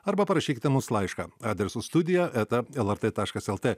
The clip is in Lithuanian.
arba parašykite mums laišką adresu studije eta lrt taškas lt